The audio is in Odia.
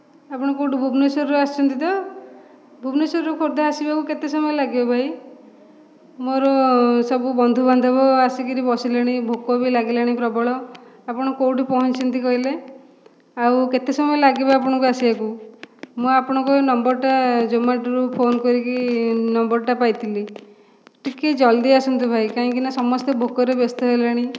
ଆପଣ କୋ'ଠୁ ଭୁବନେଶ୍ୱରରୁ ଆସୁଛନ୍ତି ତ ଭୁବନେଶ୍ୱରରୁ ଖୋର୍ଦ୍ଧା ଆସିବାକୁ କେତେ ସମୟ ଲାଗିବ ଭାଇ ମୋର ସବୁ ବନ୍ଧୁ ବାନ୍ଧବ ଆସିକରି ବସିଲେଣି ଭୋକ ବି ଲାଗିଲାଣି ପ୍ରବଳ ଆପଣ କୋ'ଠି ପହଞ୍ଚିଛନ୍ତି କହିଲେ ଆଉ କେତେ ସମୟ ଲାଗିବ ଆପଣଙ୍କୁ ଆସିବାକୁ ମୁଁ ଆପଣଙ୍କ ନମ୍ବର ଟା ଜୋମାଟୋରୁ ଫୋନ୍ କରିକି ନମ୍ବର ଟା ପାଇଥିଲି ଟିକେ ଜଲ୍ଦି ଆସନ୍ତୁ ଭାଇ କାହିଁକିନା ସମସ୍ତେ ଭୋକରେ ବ୍ୟସ୍ତ ହେଲେଣି